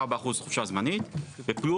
כי יושב ראש הוועדה זה בן אדם פוליטי.